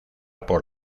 por